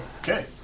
Okay